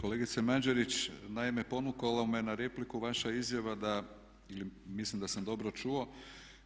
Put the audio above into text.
Kolegice Mađerić naime ponukalo me na repliku vaša izjava da ili mislim da sam dobro čuo,